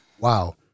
wow